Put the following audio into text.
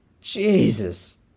Jesus